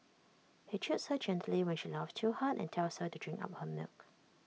he chides her gently when she laughs too hard and tells her to drink up her milk